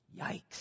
Yikes